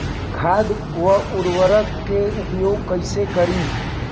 खाद व उर्वरक के उपयोग कइसे करी?